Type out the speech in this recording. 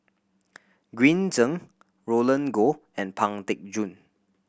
Green Zeng Roland Goh and Pang Teck Joon